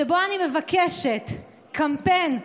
שבו אני מבקשת קמפיין,